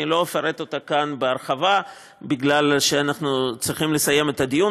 אני לא אפרט אותה כאן בהרחבה כי אנחנו צריכים לסיים את הדיון,